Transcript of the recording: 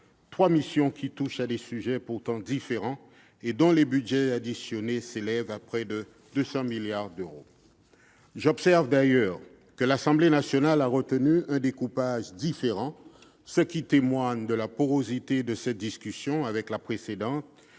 trois missions qui touchent à des sujets différents et dont les budgets additionnés s'élèvent à près de 200 milliards d'euros. J'observe d'ailleurs que l'Assemblée nationale a retenu un découpage différent, ce qui témoigne de la porosité de cette discussion avec celle